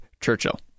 Churchill